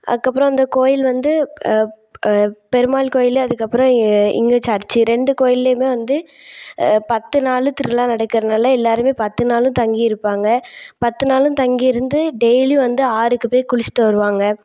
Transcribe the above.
அதுக்கப்புறம் அந்த கோயில் வந்து பெருமாள் கோயில் அதுக்கப்புறம் இ இங்கே சர்ச்சு ரெண்டு கோயில்லேயுமே வந்து பத்து நாள் திருவிழா நடக்கிறனால எல்லாேருமே பத்து நாளும் தங்கியிருப்பாங்க பத்து நாளும் தங்கியிருந்து டெய்லியும் வந்து ஆறுக்கு போய் குளிச்சுட்டு வருவாங்க